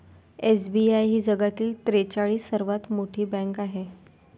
SBI ही जगातील त्रेचाळीस सर्वात मोठी बँक आहे